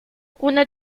una